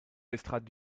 l’estrade